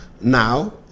Now